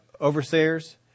overseers